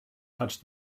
touched